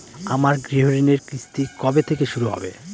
আমার গৃহঋণের কিস্তি কবে থেকে শুরু হবে?